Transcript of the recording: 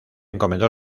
encomendó